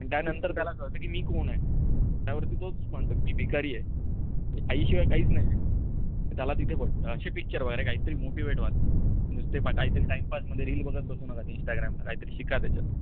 आणि त्यानंतर त्याला कळतं की मी कोण आहे त्यावरती तोच म्हणतो मी भिकारी आहे म्हणजे आईशिवाय काहीच नाही आहे त्याला तिथे पटतं असे पिक्चर वगैरे काहीतरी मोटिवेट व्हाल नुसते काहीतरी टाईमपासमध्ये रील बघत बसू नका इंस्टाग्रामला काहीतरी शिका त्याच्यात